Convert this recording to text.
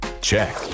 Check